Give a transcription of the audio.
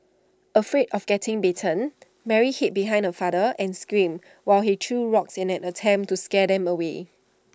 afraid of getting bitten Mary hid behind her father and screamed while he threw rocks in an attempt to scare them away